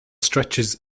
stretches